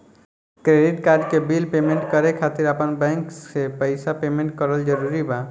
Credit card के bill payment करे खातिर आपन बैंक से पईसा पेमेंट करल जरूरी बा?